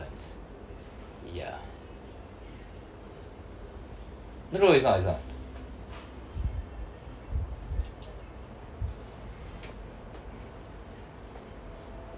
sometimes ya no no it's not it's not